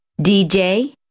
DJ